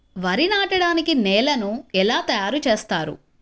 వరి నాటడానికి నేలను ఎలా తయారు చేస్తారు?